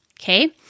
okay